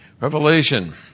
Revelation